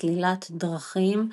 סלילת דרכים,